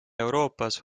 euroopas